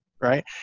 right